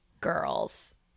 girls